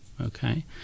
Okay